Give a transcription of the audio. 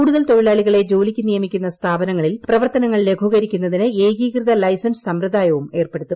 കൂടുതൽ തൊഴിലാളികളെ ്ര ജോലിക്ക് നിയമിക്കുന്ന സ്ഥാപനങ്ങളിൽ പ്രവർത്തനങ്ങൾ ലാഘൂക്രിക്കുന്നതിന് ഏകീകൃത ലൈസൻസ് സമ്പ്രദായവും ഏർപ്പെടുത്തും